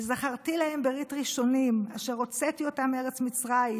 וזכרתי להם ברית ראשֹׁנים אש הוצאתי אֹתם מארץ מצרים